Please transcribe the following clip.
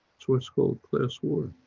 it's what's called class war.